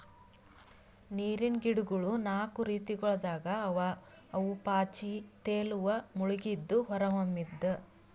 ನೀರಿನ್ ಗಿಡಗೊಳ್ ನಾಕು ರೀತಿಗೊಳ್ದಾಗ್ ಅವಾ ಅವು ಪಾಚಿ, ತೇಲುವ, ಮುಳುಗಿದ್ದು, ಹೊರಹೊಮ್ಮಿದ್